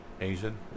Asian